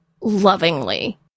lovingly